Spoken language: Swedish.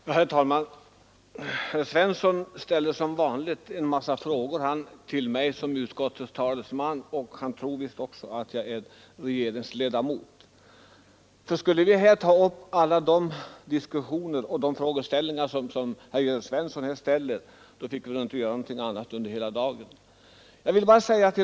Herr talman! Som vanligt ställde herr Svensson i Malmö en mängd frågor till mig som utskottets talesman. Herr Svensson tror visst också att jag är regeringsledamot. Skulle vi här ta upp alla de diskussioner och de frågeställningar som herr Jörn Svensson aktualiserar fick vi inte göra något annat under resten av dagen.